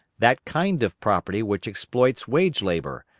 that kind of property which exploits wage-labour,